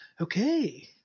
Okay